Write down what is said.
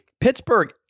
Pittsburgh